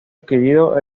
adquirido